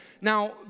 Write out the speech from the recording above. Now